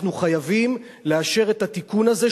אנחנו חייבים לאשר את התיקון הזה,